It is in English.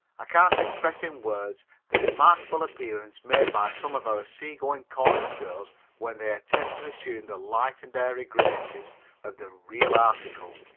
i can't express in words the remarkable appearance made by some of our seagoing chorus girls when they attempt to assume the light and airy graces of the real article.